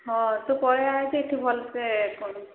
ହଁ ତୁ ପଳେଇଆ ଏଠି ଏଠି ଭଲରେ କରିବୁ